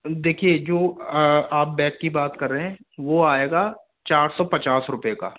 देखिए जो आप बैग की बात कर रहे हैं वो आएगा चार सौ पचास रुपये का